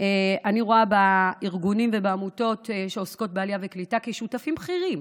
אני רואה בארגונים ובעמותות שעוסקים בעלייה וקליטה שותפים בכירים.